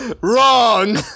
Wrong